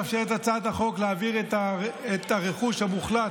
מאפשרת הצעת החוק להעביר את הרכוש המחולט